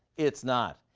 it's not.